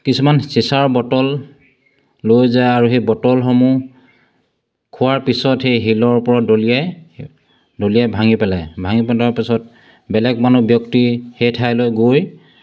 কিছুমান চিচাৰ বটল লৈ যায় আৰু সেই বটলসমূহ খোৱাৰ পিছত সেই শিলৰ ওপৰত দলিয়াই দলিয়াই ভাঙি পেলাই ভাঙি পেলোৱাৰ পিছত বেলেগ মানুহ ব্যক্তি সেই ঠাইলৈ গৈ